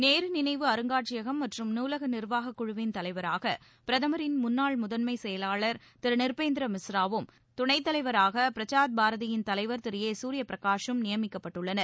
நேரு நினைவு அருங்காட்சியகம் மற்றும் நூலக நிர்வாகக்குழுவின் தலைவராக பிரதமரின் முன்னாள் முதன்மைச் செயலாளர் திரு நிருபேந்திர மிஸ்ராவும் துணைத் தலைவராக பிரஸார் பாரதியின் தலைவர் திரு ஏ சூர்யபிரகாஷும் நியமிக்கப்பட்டுள்ளனர்